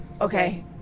Okay